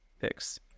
picks